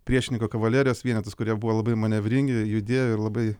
priešininko kavalerijos vienetus kurie buvo labai manevringi judėjo ir labai